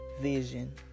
vision